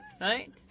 right